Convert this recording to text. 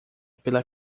pela